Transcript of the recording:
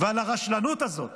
ועל הרשלנות הזאת